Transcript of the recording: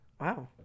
Wow